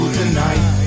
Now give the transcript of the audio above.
tonight